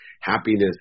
Happiness